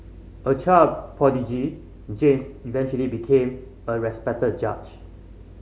a child prodigy James eventually became a respected judge